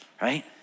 right